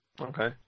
Okay